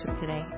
today